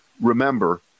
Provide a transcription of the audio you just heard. remember